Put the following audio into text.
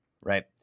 right